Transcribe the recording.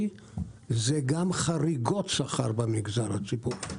כולל גם חריגות שכר במגזר הציבורי.